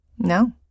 No